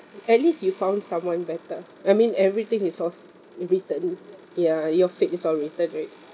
at least you found someone better I mean everything is all written ya your fate is all written already